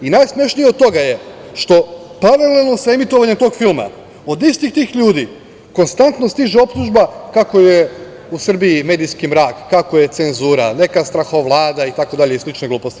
Najsmešnije od toga je što paralelno sa emitovanjem tog filma od istih tih ljudi konstantno stiže optužba kako je u Srbiji medijski mrak, kako je cenzura, neka strahovlada, itd, slične gluposti.